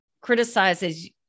criticizes